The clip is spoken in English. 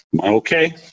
okay